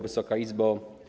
Wysoka Izbo!